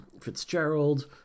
Fitzgerald